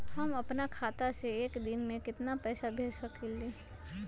हम अपना खाता से एक दिन में केतना पैसा भेज सकेली?